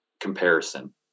comparison